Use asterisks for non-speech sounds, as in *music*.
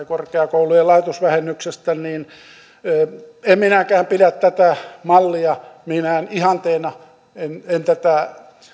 *unintelligible* korkeakoulujen lahjoitusvähennyksestä en minäkään pidä tätä mallia minään ihanteena en en tätä